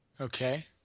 Okay